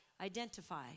identify